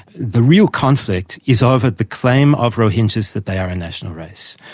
the real conflict is over the claim of rohingyas that they are a national race.